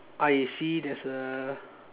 I see there's a